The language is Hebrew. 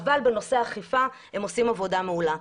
אבל בנושא אכיפה הם עושים עבודה מעולה.